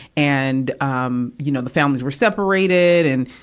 and, um, you know, the families were separated and,